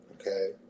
Okay